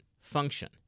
function